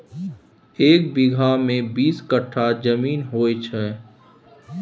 एक बीगहा मे बीस कट्ठा जमीन होइ छै